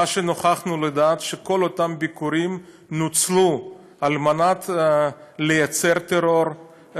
נוכחנו לדעת שכל אותם ביקורים נוצלו על מנת לייצר טרור,